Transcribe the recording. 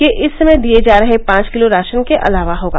यह इस समय दिए जा रहे पांच किलो राशन के अलावा होगा